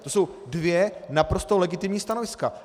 To jsou dvě naprosto legitimní stanoviska.